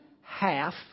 half